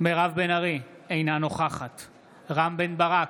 מירב בן ארי, אינה נוכחת רם בן ברק,